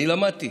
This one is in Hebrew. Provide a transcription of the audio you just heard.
אני למדתי.